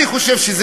אני חושב,